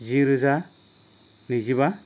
जि रोजा नैजिबा